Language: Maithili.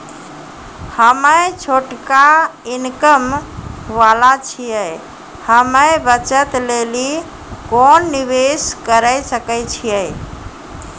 हम्मय छोटा इनकम वाला छियै, हम्मय बचत लेली कोंन निवेश करें सकय छियै?